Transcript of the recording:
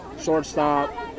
shortstop